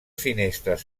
finestres